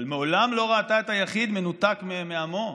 אבל מעולם לא ראתה את היחיד מנותק מעמו,